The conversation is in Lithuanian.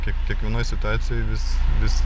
kiek kiekvienoj situacijoj vis vis